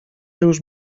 już